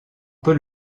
peut